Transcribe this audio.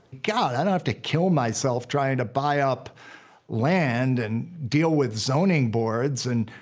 god, i don't have to kill myself trying to buy up land and deal with zoning boards and,